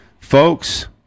Folks